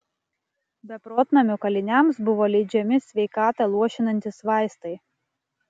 beprotnamio kaliniams buvo leidžiami sveikatą luošinantys vaistai